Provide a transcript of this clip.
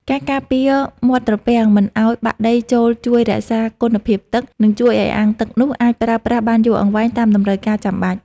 ការការពារមាត់ត្រពាំងមិនឱ្យបាក់ដីចូលជួយរក្សាគុណភាពទឹក និងជួយឱ្យអាងទឹកនោះអាចប្រើប្រាស់បានយូរអង្វែងតាមតម្រូវការចាំបាច់។